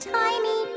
tiny